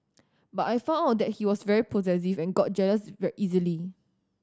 but I found out that he was very possessive and got jealous easily